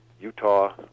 utah